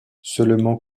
seulement